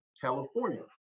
California